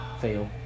Fail